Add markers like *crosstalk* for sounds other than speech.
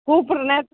கூப்பிடுற *unintelligible*